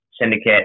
syndicate